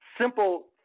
simple